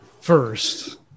first